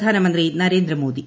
പ്രധാനമന്ത്രി നരേന്ദ്ര മോദി